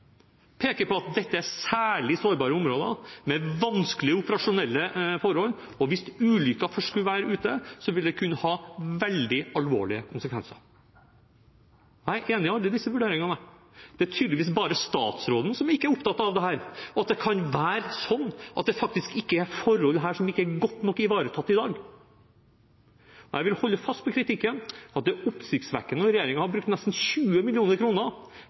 peker på at dette er særlig sårbare områder, med vanskelige operasjonelle forhold, og at hvis ulykken først skulle være ute, ville det kunne ha veldig alvorlige konsekvenser. Jeg er enig i alle disse vurderingene. Det er tydeligvis bare statsråden som ikke er opptatt av dette, og at det kan være slik at det faktisk er forhold her som ikke er godt nok ivaretatt i dag. Jeg vil holde fast ved kritikken, at det er oppsiktsvekkende at regjeringen bruker nesten 20